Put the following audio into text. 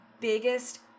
biggest